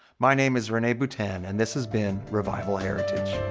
my name is rene butan and this has been revival heritage.